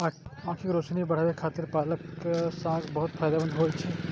आंखिक रोशनी बढ़ाबै खातिर पालक साग बहुत फायदेमंद होइ छै